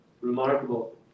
remarkable